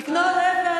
נעליים, נעליים.